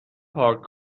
پارک